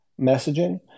messaging